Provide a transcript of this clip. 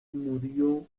murió